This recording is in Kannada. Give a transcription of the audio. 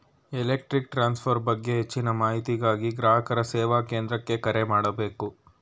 ಎಲೆಕ್ಟ್ರಿಕ್ ಟ್ರಾನ್ಸ್ಫರ್ ಬಗ್ಗೆ ಹೆಚ್ಚಿನ ಮಾಹಿತಿಗಾಗಿ ಗ್ರಾಹಕರ ಸೇವಾ ಕೇಂದ್ರಕ್ಕೆ ಕರೆ ಮಾಡಬೇಕು